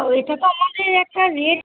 ওইটা তো আমাদের একটা রেট